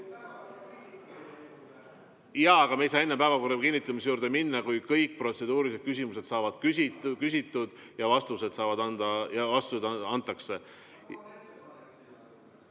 Jaa, aga me ei saa enne päevakorra kinnitamise juurde minna, kui kõik protseduurilised küsimused saavad küsitud ja vastused antud.